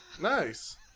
Nice